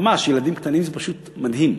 ממש, ילדים קטנים, זה פשוט מדהים.